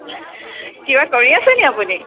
কিবা কৰি আছেনি আপুনি